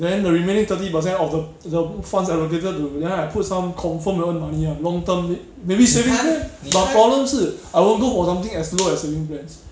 then the remaining thirty percent of the the funds allocated to then I put some confirm that one no money one long term maybe savings eh but problem 是 I won't go for something as low as saving plans